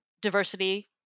diversity